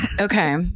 Okay